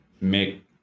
make